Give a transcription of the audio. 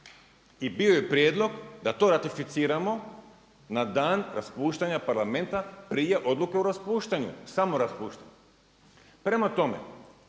I bio je prijedlog da to ratificiramo na dan raspuštanja Parlamenta prije odluke o raspuštanju, samoraspuštanju. Prema tome,